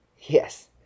Yes